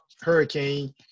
Hurricane